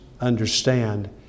understand